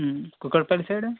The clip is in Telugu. కూకట్పల్లి సైడు